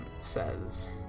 says